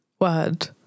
word